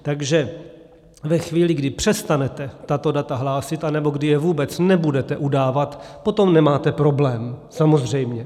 Takže ve chvíli, kdy přestanete tato data hlásit anebo kdy je vůbec nebudete udávat, potom nemáte problém, samozřejmě.